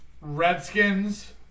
Redskins